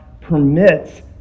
permits